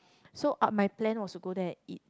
so up my plan was go there and eat